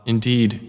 Indeed